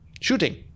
shooting